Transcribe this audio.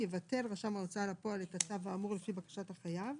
יבטל רשם ההוצאה לפועל את הצו האמור לפי בקשת החייב.